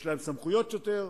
יש להם סמכויות שוטר,